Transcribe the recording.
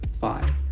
five